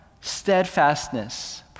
steadfastness